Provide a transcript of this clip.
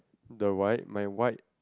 the white my white